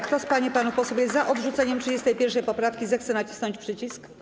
Kto z pań i panów posłów jest za odrzuceniem 31. poprawki, zechce nacisnąć przycisk.